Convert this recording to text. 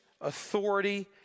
authority